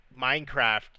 Minecraft